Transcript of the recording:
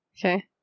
Okay